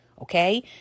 okay